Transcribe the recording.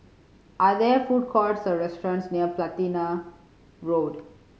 are there food courts or restaurants near Platina Road